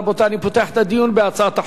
רבותי, אני פותח את הדיון בהצעת החוק.